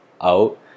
out